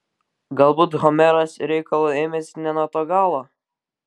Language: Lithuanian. galbūt homeras reikalo ėmėsi ne nuo to galo